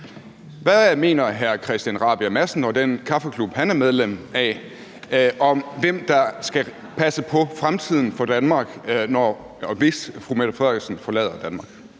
han er medlem af, om, hvem der skal passe på fremtiden for Danmark, hvis fru Mette Frederiksen forlader Danmark?